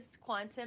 quantum